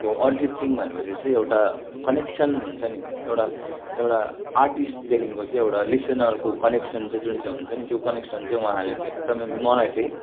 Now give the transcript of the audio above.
अब अरिजित सिंह भनेपछि चाहिँ एउटा कनेक्सन हुन्छ नि एउटा एउटा आर्टिस्टदेखिको चाहिँ एउटा लिसनरको कनेक्सन चाहिँ जुन चाहिँ हुन्छ नि त्यो कनेक्सन चाहिँ उहाँले चाहिँ एकदमै मलाई चाहिँ